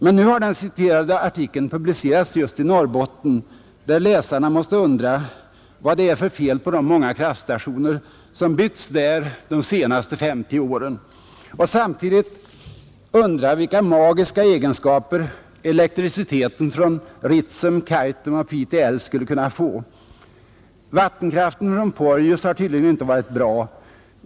Men nu har den citerade artikeln publicerats just i Norrbotten, där läsarna måste undra vad det är för fel på de många kraftstationer som byggts där de senaste femtio åren och samtidigt undra vilka magiska egenskaper elektriciteten från Ritsem, Kaitum och Pite älv skulle kunna få. Vattenkraften från Porjus har tydligen inte varit bra.